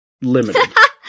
limited